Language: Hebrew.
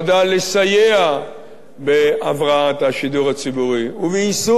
לסייע בהבראת השידור הציבורי וביישום